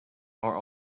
are